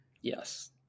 Yes